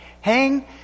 hang